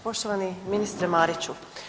Poštovani Ministre Mariću.